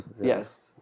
Yes